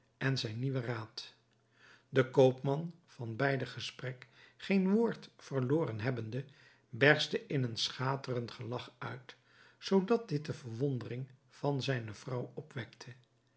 en zijn nieuwen raad de koopman van beider gesprek geen woord verloren hebbende berstte in een schaterend gelach uit zoodat dit de verwondering van zijne vrouw opwekte